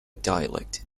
dialect